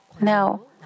now